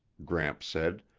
gramps said,